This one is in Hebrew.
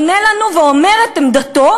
עונה לנו ואומר את עמדתו,